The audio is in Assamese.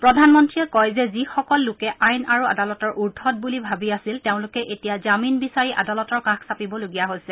প্ৰধানমন্ত্ৰীয়ে কয় যে যিসকল লোকে আইন আৰু আদালতৰ উৰ্ধত বুলি ভাবি আছিল তেওঁলোকে এতিয়া জামিন বিচাৰি আদালতৰ কাষ চাপিবলগীয়া হৈছে